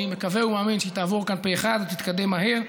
אני מקווה ומאמין שהיא תעבור כאן פה אחד ותתקדם מהר,